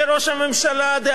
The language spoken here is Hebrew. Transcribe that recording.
השר שאול מופז.